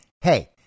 Hey